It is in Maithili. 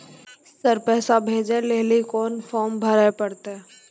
सर पैसा भेजै लेली कोन फॉर्म भरे परतै?